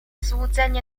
złudzenie